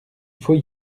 faut